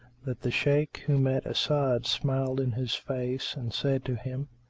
that the shaykh who met as'ad smiled in his face and said to him,